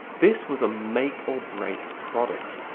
this was a make or break product!